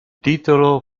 titolo